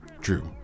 Drew